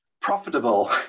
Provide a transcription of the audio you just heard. profitable